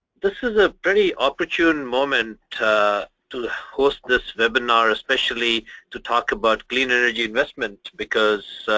this is a very opportune moment to to host this webinar especially to talk about clean energy investment because